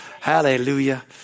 hallelujah